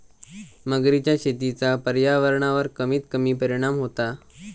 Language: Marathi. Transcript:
मगरीच्या शेतीचा पर्यावरणावर कमीत कमी परिणाम होता